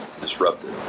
disrupted